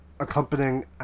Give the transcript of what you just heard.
Accompanying